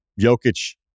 Jokic